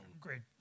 great